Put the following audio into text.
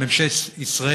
שממשלת ישראל,